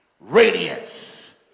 radiance